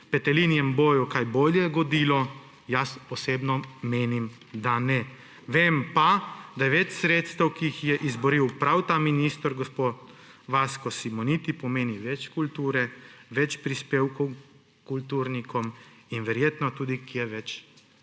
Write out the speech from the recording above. petelinjem boju kaj bolje godilo? Jaz osebno menim, da ne. Vem pa, da več sredstev, ki jih je izboril prav ta minister gospod Vasko Simoniti, pomeni več kulture, več prispevkov kulturnikom in verjetno kje tudi